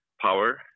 power